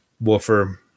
woofer